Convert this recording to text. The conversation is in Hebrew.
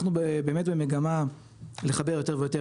אנחנו באמת במגמה לחבר יותר ויותר,